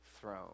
throne